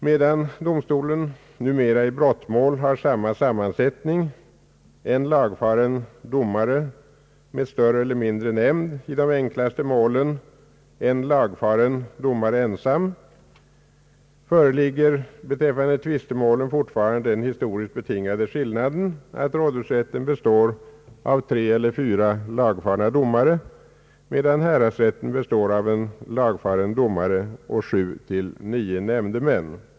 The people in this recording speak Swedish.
Medan domstolen numera i brottmål har samma sammansättning — en lagfaren domare med större eller mindre nämnd, i de enklaste målen en lagfaren domare ensam — föreligger beträffande tvistemålen fortfarande den historiskt betingade skillnaden att rådhusrätten består av tre eller fyra lagfarna domare, medan häradsrätten består av en lagfaren domare och sju till nio nämndemän.